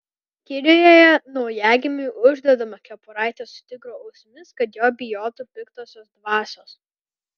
kinijoje naujagimiui uždedama kepuraitė su tigro ausimis kad jo bijotų piktosios dvasios